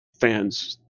fans